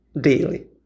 daily